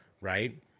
right